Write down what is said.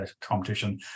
competition